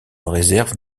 réserves